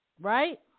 right